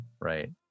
Right